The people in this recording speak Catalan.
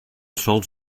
sols